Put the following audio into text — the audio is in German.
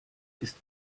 ist